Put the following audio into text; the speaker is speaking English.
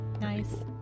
nice